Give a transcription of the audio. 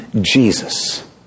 Jesus